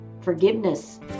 forgiveness